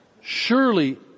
Surely